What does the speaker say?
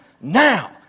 now